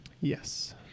Yes